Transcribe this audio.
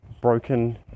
broken